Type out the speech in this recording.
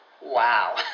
Wow